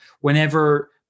whenever